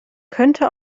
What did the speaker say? könnte